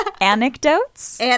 anecdotes